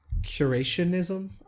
curationism